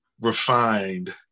refined